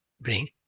bring